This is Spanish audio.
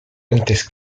antes